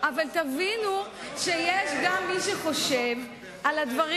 אבל תבינו שיש גם מי שחושב על הדברים